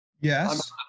Yes